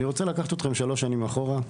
אני רוצה לקחת אתכם שלוש שנים אחורה,